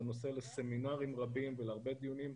זה נושא לסמינרים רבים ולהרבה דיונים.